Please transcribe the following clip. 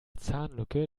zahnlücke